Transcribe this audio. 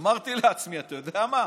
אמרתי לעצמי: אתה יודע מה?